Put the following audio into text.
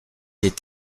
est